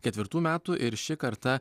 ketvirtų metų ir ši karta